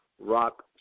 Rock